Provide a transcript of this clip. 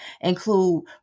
include